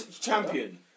champion